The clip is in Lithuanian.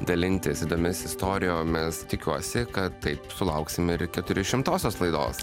dalintis įdomias istorijomis tikiuosi kad taip sulauksime ir keturi šimtosios laidos